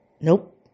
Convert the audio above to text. Nope